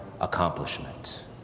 accomplishment